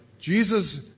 Jesus